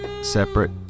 separate